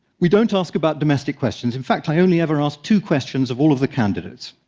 we don't ask about domestic questions. in fact, i only ever ask two questions of all of the candidates.